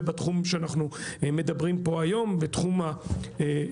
זה בתחום שאנחנו מדברים פה היום, בתחום המדיה.